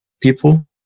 people